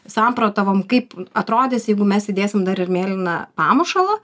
samprotavom kaip atrodys jeigu mes įdėsim dar ir mėlyną pamušalą